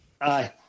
Aye